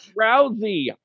Rousey